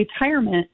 retirement